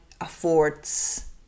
affords